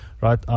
right